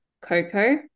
Coco